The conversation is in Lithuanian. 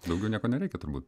daugiau nieko nereikia turbūt